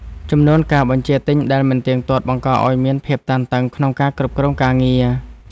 ចំនួនការបញ្ជាទិញដែលមិនទៀងទាត់ បង្កឱ្យមានភាពតានតឹងក្នុងការគ្រប់គ្រងការងារ។